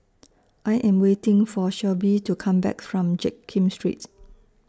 I Am waiting For Shelbie to Come Back from Jiak Kim Street